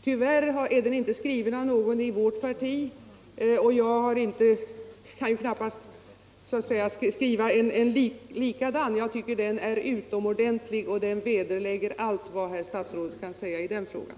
Tyvärr är den inte skriven av någon i vårt parti, och jag kan knappast skriva en likadan. Jag tycker att den är utomordentlig. Den vederlägger allt vad herr statsrådet kan säga i den frågan.